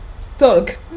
talk